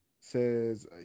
says